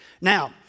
Now